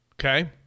Okay